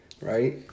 right